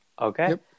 Okay